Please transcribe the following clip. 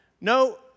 No